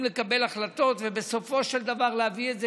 לקבל החלטות ובסופו של דבר להביא את זה,